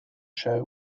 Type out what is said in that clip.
show